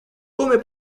come